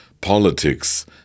politics